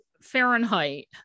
Fahrenheit